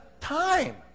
time